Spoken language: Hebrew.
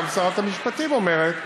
גם שרת המשפטים אומרת,